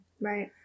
Right